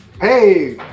hey